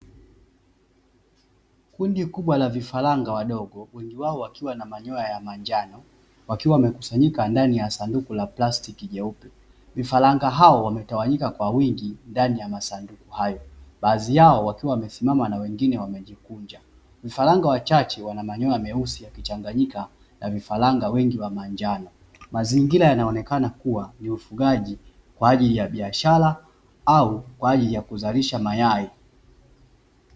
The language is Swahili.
Kundi kubwa la vifaranga wadogo, wengi wao wakiwa na manyoya ya manjano, wakiwa wamekusanyika ndani ya sanduku la plastiki nyeupe, vifaranga hao wametawanyika kwa wingi ndani ya masanduku hayo, baadhi yao wakiwa wamesimama na wengine wamejikunja, vifaranga wachache wana manyoya meusi yakichanganyika na vifaranga wengi wa manjano. Mazingira yanaonekana kuwa ni ufugaji kwa ajili ya biashara au kwa ajili ya kuzalisha mayai.